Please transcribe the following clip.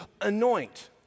anoint